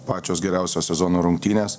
pačios geriausios sezono rungtynės